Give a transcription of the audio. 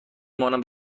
مانم